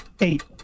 Eight